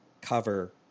cover